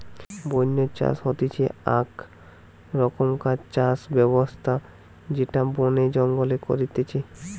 বন্য চাষ হতিছে আক রকমকার চাষ ব্যবস্থা যেটা বনে জঙ্গলে করতিছে